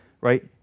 right